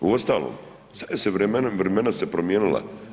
Uostalom, sve se, vremena su se promijenila.